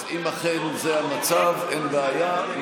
אם אכן זה המצב, אין בעיה.